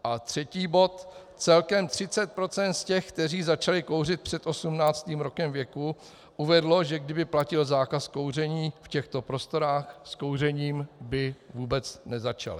A třetí bod, celkem 30 % z těch, kteří začali kouřit před 18. rokem věku, uvedlo, že kdyby platil zákaz kouření v těchto prostorách, v kouřením by vůbec nezačali.